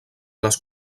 les